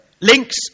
Links